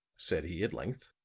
said he at length.